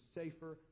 safer